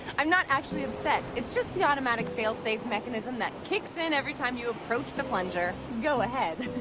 i'm not actually upset. it's just the automatic failsafe mechanism that kicks in every time you approach the plunger. go ahead.